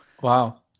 Wow